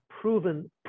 proven